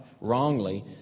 wrongly